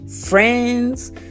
friends